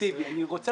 רוצה